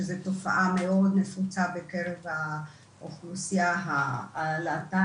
שזו תופעה מאוד נפוצה בקרב האוכלוסיה הלהט"ב,